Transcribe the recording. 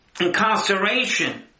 incarceration